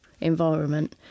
environment